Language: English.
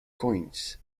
coins